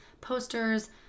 posters